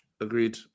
Agreed